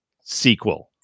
sequel